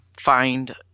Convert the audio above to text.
find